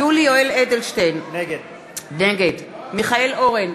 יולי יואל אדלשטיין, נגד מיכאל אורן,